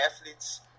athletes